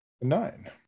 Nine